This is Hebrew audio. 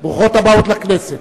הבאות לכנסת.